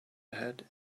ahead